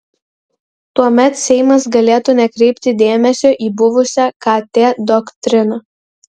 tuomet seimas galėtų nekreipti dėmesio į buvusią kt doktriną